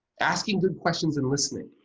asking good questions and listening.